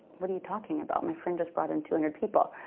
what are you talking about? my friend just brought in two hundred people?